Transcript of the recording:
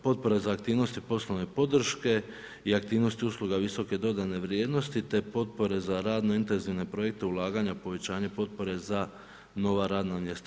Potpore za aktivnosti poslovne podrške i aktivnosti usluga visoke dodane vrijednosti te potpore za radno intenzivne projekte ulaganja u povećanje potpore za nova radna mjesta.